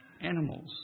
animals